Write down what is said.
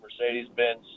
Mercedes-Benz